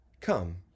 come